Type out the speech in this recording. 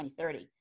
2030